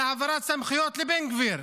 על העברת סמכויות לבן גביר,